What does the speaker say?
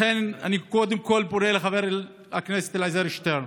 לכן, אני קודם כול פונה לחבר הכנסת אלעזר שטרן: